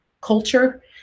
culture